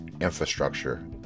infrastructure